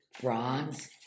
bronze